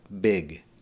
big